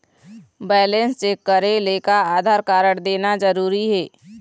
Balance check करेले का Aadhaar card देना जरूरी हे?